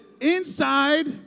Inside